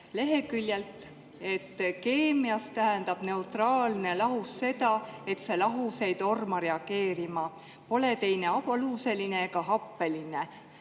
leheküljelt: "Keemias tähendab neutraalne lahus seda, et see lahus ei torma reageerima, pole teine aluseline ega happeline